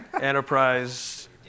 enterprise